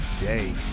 day